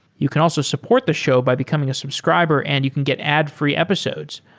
you can also support the show by becoming a subscriber and you can get ad-free episodes,